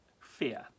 Fear